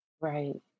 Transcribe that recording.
Right